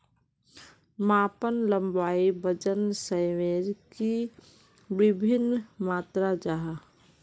मापन लंबाई वजन सयमेर की वि भिन्न मात्र जाहा?